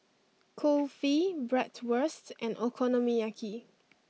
Kulfi Bratwurst and Okonomiyaki